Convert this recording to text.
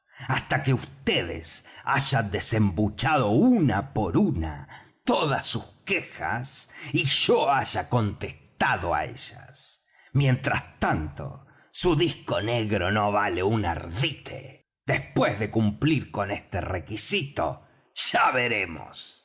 esto hasta que vds hayan desembuchado una por una todas sus quejas y yo haya contestado á ellas mientras tanto su disco negro no vale un ardite después de cumplir con ese requisito